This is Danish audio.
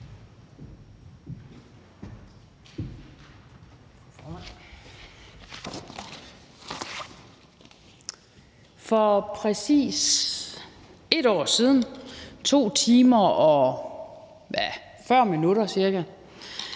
For præcis 1 år siden, for 2 timer og ca. 40 minutter siden,